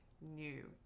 new